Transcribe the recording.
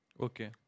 Okay